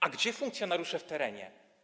A gdzie funkcjonariusze w terenie?